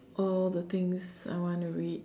all the things I wanna read